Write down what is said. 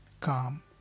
calm